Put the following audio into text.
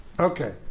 Okay